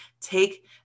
Take